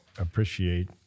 appreciate